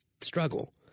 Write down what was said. struggle